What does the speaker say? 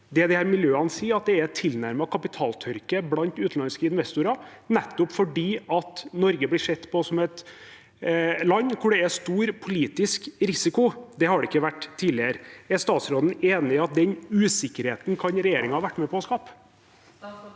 det disse miljøene sier, er at det er tilnærmet kapitaltørke blant utenlandske investorer, nettopp fordi Norge blir sett på som et land hvor det er stor politisk risiko. Det har det ikke vært tidligere. Er statsråden enig i at den usikkerheten kan regjeringen ha vært med på å skape?